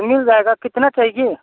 मिल जाएगा कितना चाहिए